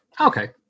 Okay